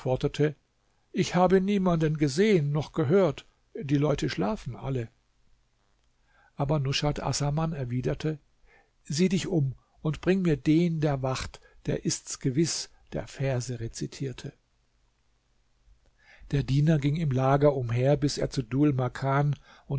ich habe niemanden gesehen noch gehört die leute schlafen alle aber nushat assaman erwiderte sieh dich um und bring mir den der wacht der ist's gewiß der verse rezitierte der diener ging im lager umher bis er zu dhul makan